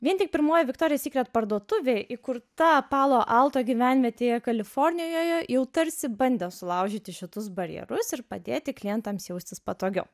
vien tik pirmoji viktorijos sykret parduotuvė įkurta palo alto gyvenvietėje kalifornijoje jau tarsi bandė sulaužyti šitus barjerus ir padėti klientams jaustis patogiau